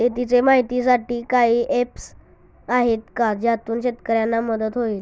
शेतीचे माहितीसाठी काही ऍप्स आहेत का ज्यातून शेतकऱ्यांना मदत होईल?